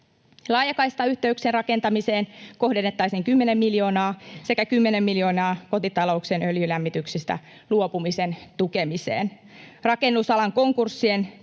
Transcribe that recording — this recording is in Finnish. Laajakaistayhteyksien rakentamiseen kohdennettaisiin 10 miljoonaa sekä 10 miljoonaa kotitalouksien öljylämmityksestä luopumisen tukemiseen. Rakennusalan konkurssien